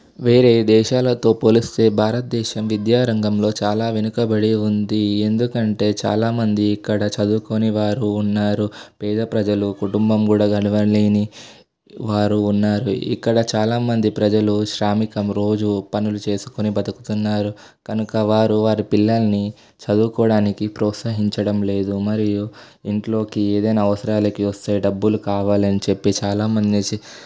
వేరే దేశాలతో పోలిస్తే భారతదేశం విద్యారంగంలో చాలా వెనుకబడి ఉంది ఎందుకంటే చాలామంది ఇక్కడ చదువుకొని వారు ఉన్నారు పేద ప్రజలు కుటుంబం కూడా కలవలేని వారు ఉన్నారు ఇక్కడ చాలామంది ప్రజలు శ్రామికము రోజు పనులు చేసుకుని బతుకుతున్నారు కనుక వారు వారి పిల్లల్ని చదువుకోవడానికి ప్రోత్సహించడం లేదు మరియు ఇంట్లోకి ఏదైనా అవసరాలకు వస్తే డబ్బులు కావాలని చెప్పి చాలామంది వచ్చేసి